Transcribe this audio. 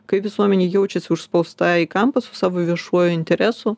kai visuomenė jaučiasi užspausta į kampą su savo viešuoju interesu